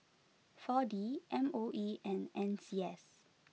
four D M O E and N C S